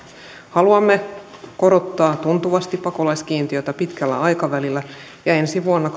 haluamme korottaa tuntuvasti pakolaiskiintiötä pitkällä aikavälillä ja ensi vuonna